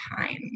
time